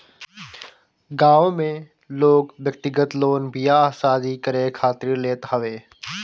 गांव में लोग व्यक्तिगत लोन बियाह शादी करे खातिर लेत हवे